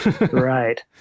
right